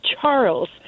Charles